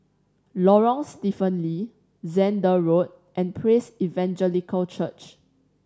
Lorong Stephen Lee Zehnder Road and Praise Evangelical Church